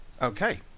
Okay